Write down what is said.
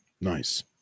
Nice